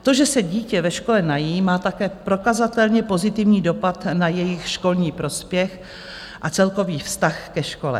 To, že se dítě ve škole nají, má také prokazatelně pozitivní dopad na jejich školní prospěch a celkový vztah ke škole.